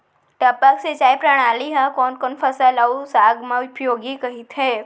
टपक सिंचाई प्रणाली ह कोन कोन फसल अऊ साग म उपयोगी कहिथे?